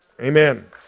Amen